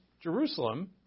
Jerusalem